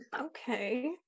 Okay